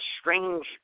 strange